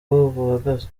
buhagaze